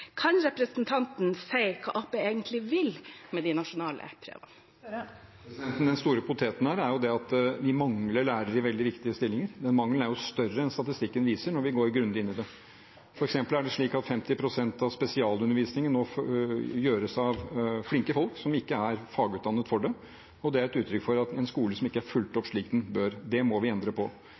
Kan representanten si hva Arbeiderpartiet egentlig vil med de nasjonale prøvene? Den store poteten her er jo at vi mangler lærere i veldig viktige stillinger. Mangelen er større enn statistikken viser, når vi går grundig inn i det. For eksempel er det slik at 50 pst. av spesialundervisningen nå gjøres av flinke folk som ikke er fagutdannet for det. Det er et uttrykk for en skole som ikke er fulgt opp slik den bør, og det må vi endre på.